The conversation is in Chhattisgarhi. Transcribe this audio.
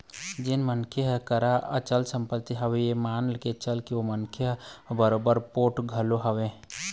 जेन मनखे मन करा अचल संपत्ति हवय ये मान के चल ओ मनखे ह बरोबर पोठ घलोक हवय